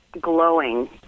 glowing